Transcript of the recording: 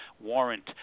warrant